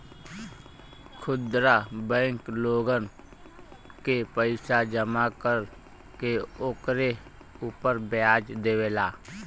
खुदरा बैंक लोगन के पईसा जमा कर के ओकरे उपर व्याज देवेला